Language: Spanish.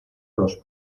los